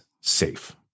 safe